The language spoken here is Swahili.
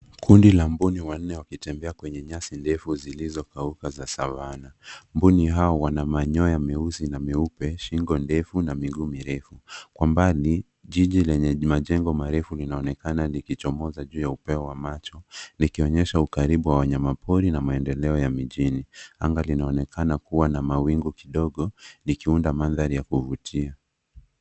Kundi la mbuni wanne wakitembea kwenye nyasi ndefu zilizokauka za savanna . Mbuni hao wana manyoya meusi na meupe ,shingo ndefu na miguu mirefu. Kwa mbali, jiji lenye majengo marefu linaonekana likichomoza juu ya upeo wa macho, likionyesha ukaribu wa wanyamapori na maendeleo ya mijini. Anga linaonekana kuwa na mawingu kidogo, likiunda mandhari ya kuvutia.